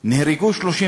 נהרגו 34